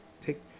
take